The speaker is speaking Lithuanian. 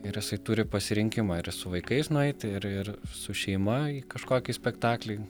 ir jisai turi pasirinkimą ir su vaikais nueit ir ir su šeima į kažkokį spektaklį